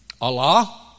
Allah